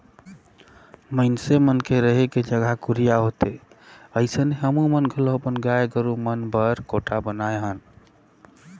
मइनसे मन के रहें के जघा कुरिया होथे ओइसने हमुमन घलो अपन गाय गोरु मन बर कोठा बनाये हन